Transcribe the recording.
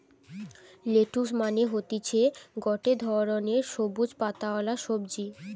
lettuce মানে হতিছে গটে ধরণের সবুজ পাতাওয়ালা সবজি